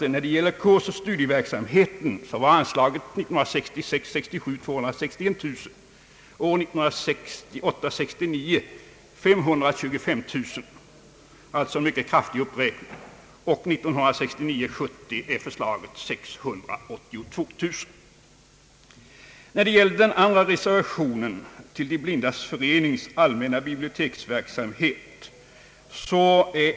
Till kursoch studieverksamhet var 1966 69 var det 525 000 — alltså en mycket kraftig uppräkning. För 1969/70 är föreslaget 682 000. Den andra reservationen gäller De blindas förenings allmänna biblioteksverksamhet.